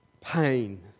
pain